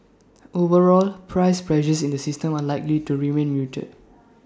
overall price pressures in the system are likely to remain muted